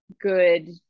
good